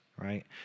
right